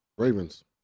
Ravens